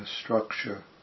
structure